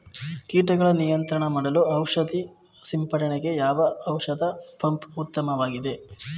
ಕೀಟಗಳ ನಿಯಂತ್ರಣ ಮಾಡಲು ಔಷಧಿ ಸಿಂಪಡಣೆಗೆ ಯಾವ ಔಷಧ ಪಂಪ್ ಉತ್ತಮವಾಗಿದೆ?